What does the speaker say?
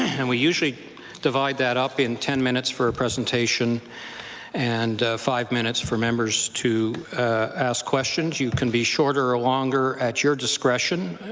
and we usually divide that up in ten minutes for presentation and five minutes for members to ask questions. you can be shorter or longer at your discretion,